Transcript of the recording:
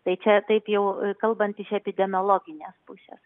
tai čia taip jau kalbant iš epidemiologinės pusės